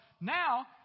now